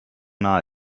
nahe